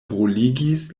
bruligis